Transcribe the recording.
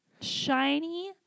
Shiny